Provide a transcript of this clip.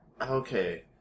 Okay